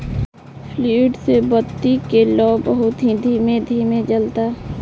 fluid से बत्ती के लौं बहुत ही धीमे धीमे जलता